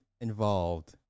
involved